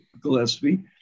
Gillespie